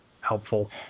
helpful